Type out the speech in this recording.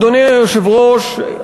אדוני היושב-ראש,